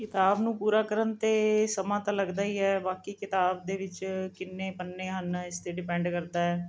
ਕਿਤਾਬ ਨੂੰ ਪੂਰਾ ਕਰਨ 'ਤੇ ਸਮਾਂ ਤਾਂ ਲੱਗਦਾ ਹੀ ਹੈ ਬਾਕੀ ਕਿਤਾਬ ਦੇ ਵਿੱਚ ਕਿੰਨੇ ਪੰਨੇ ਹਨ ਇਸ 'ਤੇ ਡਿਪੈਂਡ ਕਰਦਾ ਹੈ